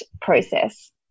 process